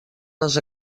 les